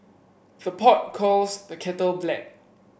the pot calls the kettle black